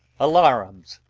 alarums.